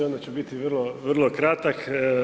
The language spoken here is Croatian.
Onda ću biti vrlo kratak.